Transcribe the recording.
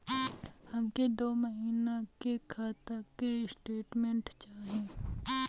हमके दो महीना के खाता के स्टेटमेंट चाही?